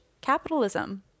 capitalism